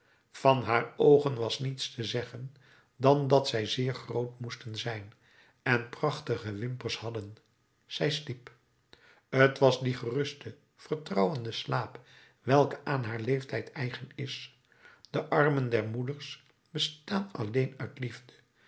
van haar oogen was niets te zeggen dan dat zij zeer groot moesten zijn en prachtige wimpers hadden zij sliep t was die geruste vertrouwende slaap welke aan haar leeftijd eigen is de armen der moeders bestaan alleen uit liefde